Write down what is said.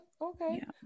okay